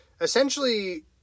essentially